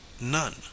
none